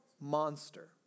monster